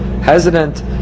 hesitant